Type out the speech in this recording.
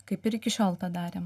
kaip ir iki šiol tą darėm